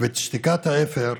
ואת שתיקת האפר,